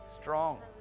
strong